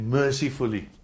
mercifully